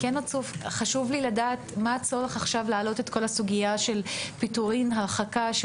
חשוב לי לדעת מה הצורך להעלות עכשיו את כל הסוגיה של פיטורין והרחקה.